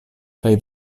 kaj